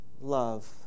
love